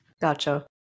gotcha